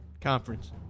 Conference